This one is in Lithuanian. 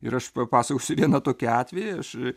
ir aš papasakosiu vieną tokį atvejį aš